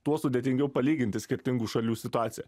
tuo sudėtingiau palyginti skirtingų šalių situaciją